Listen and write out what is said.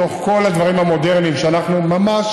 בתוך כל הדברים המודרניים שאנחנו ממש